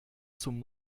zum